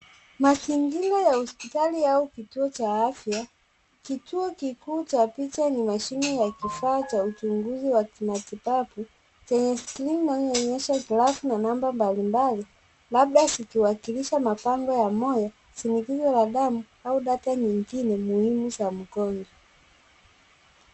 Mazingira ya hospitali au kituo cha afya kikiwa kikuu cha picha yenye mashine ya kifaa cha uchunguzi wa kimatibabu chenye skrini inayoonyesha grafu na namba mbali mbali labda zikiwakilisha mapambo ya moyo, shinikizo la damu au data nyingine muhimu za mgonjwa.